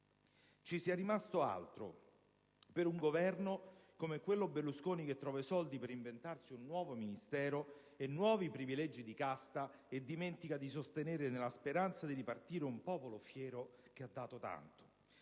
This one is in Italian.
ci sia rimasto altro che piangere per un Governo come quello Berlusconi, che trova i soldi per inventarsi un nuovo Ministero e nuovi privilegi di casta e dimentica di sostenere nella speranza di ripartire un popolo fiero che ha dato tanto.